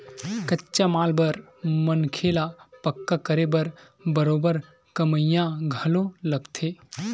कच्चा माल बर मनखे ल पक्का करे बर बरोबर कमइया घलो लगथे